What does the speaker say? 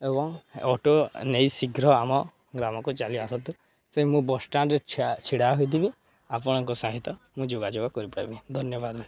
ଏବଂ ଅଟୋ ନେଇ ଶୀଘ୍ର ଆମ ଗ୍ରାମକୁ ଚାଲି ଆସନ୍ତୁ ସେ ମୁଁ ବସ୍ ଷ୍ଟାଣ୍ଡରେ ଛିଡ଼ା ହୋଇଥିବି ଆପଣଙ୍କ ସହିତ ମୁଁ ଯୋଗାଯୋଗ କରିପାରିବି ଧନ୍ୟବାଦ